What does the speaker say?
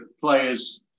players